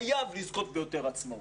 חייב לזכות ביותר עצמאות.